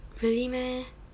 really meh